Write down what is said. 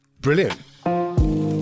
Brilliant